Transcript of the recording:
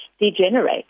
degenerate